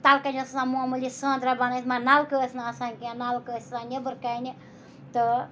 تَل کَنۍ ٲس آسان موموٗلی سٲندرا بَنٲیِتھ مگر نَلکہٕ ٲسۍ نہٕ آسان کینٛہہ نَلکہٕ ٲسۍ آسان نٮ۪برٕ کَنہِ تہٕ